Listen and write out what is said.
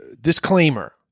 disclaimer